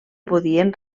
podien